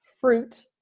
fruit